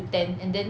ten to ten and then